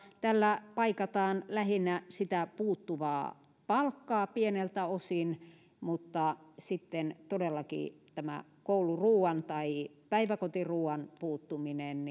paikataan lähinnä sitä puuttuvaa palkkaa pieneltä osin mutta sitten todellakin kun kouluruoka tai päiväkotiruoka puuttuu